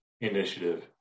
initiative